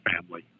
family